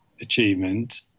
achievement